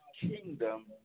kingdom